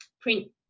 print